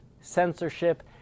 censorship